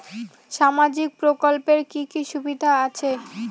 সামাজিক প্রকল্পের কি কি সুবিধা আছে?